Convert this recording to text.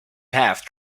have